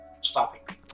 stopping